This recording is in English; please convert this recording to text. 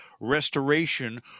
restoration